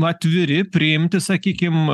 atviri priimti sakykim